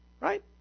right